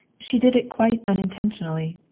she did it quite unintentionally,